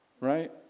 right